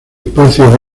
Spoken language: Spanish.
espacio